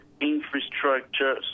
infrastructure